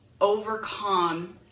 overcome